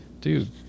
dude